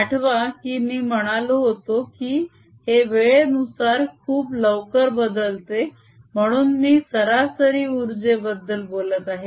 आठवा की मी म्हणालो होतो की हे वेळेनुसार खूप लवकर बदलते आहे म्हणून मी सरासरी उर्जे बद्दल बोलत आहेत